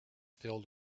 filled